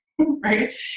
right